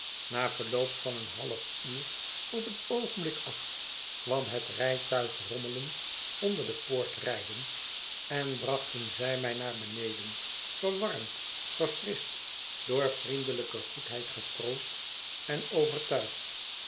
na verloop van het half uur op het oogenblik af kwam het rijtuig rommelend onder de poort rijden en brachten zij mij naar beneden verwarmd verfrischt door vriendelijke goedheid getroost en overtuigd